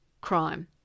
crime